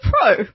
pro